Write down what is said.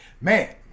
Man